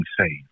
saved